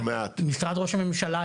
משרד ראש הממשלה,